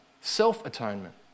Self-atonement